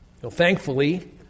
Thankfully